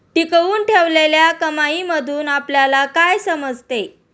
टिकवून ठेवलेल्या कमाईमधून आपल्याला काय समजते?